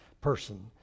person